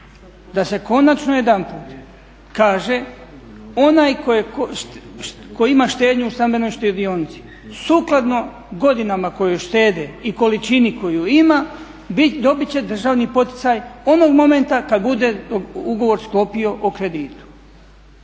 da se konačno jedanput kaže onaj tko ima štednju u stambenoj štedionici sukladno godinama koje štede i količini koju ima dobit će državni poticaj onog momenta kad bude ugovor sklopio o kreditu.